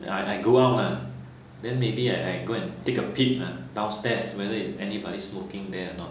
I I go out lah then maybe I I go and take a peek lah downstairs whether is anybody smoking there or not